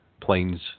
planes